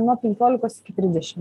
nuo penkiolikos iki trisdešim